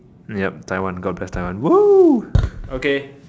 ya Taiwan God bless Taiwan okay